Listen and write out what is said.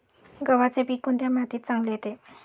गव्हाचे पीक कोणत्या मातीत चांगले येते?